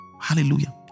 Hallelujah